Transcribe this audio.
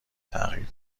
تغییر